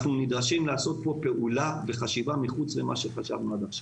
אנחנו נדרשים לעשות פה פעולה וחשיבה מחוץ למה שחשבנו עד עכשיו.